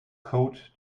coat